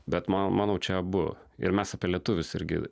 bet man manau čia abu ir mes apie lietuvius irgi